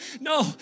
no